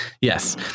Yes